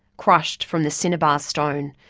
crushed from the cinnabar stone,